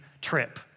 trip